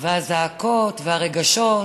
והזעקות, והרגשות,